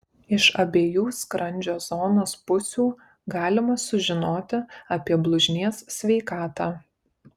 iš abiejų skrandžio zonos pusių galima sužinoti apie blužnies sveikatą